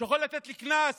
שיכול לתת לי קנס